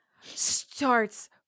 starts